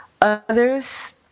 Others